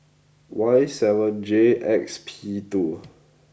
Y seven J X P two